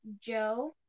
Joe